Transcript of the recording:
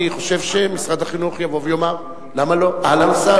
אני חושב שמשרד החינוך יבוא ויאמר: למה לא?